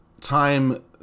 time